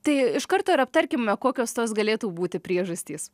tai iš karto ir aptarkime kokios tos galėtų būti priežastys